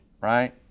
right